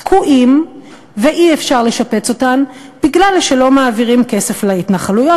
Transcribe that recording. תקועות ואי-אפשר לשפץ אותן כי לא מעבירים כסף להתנחלויות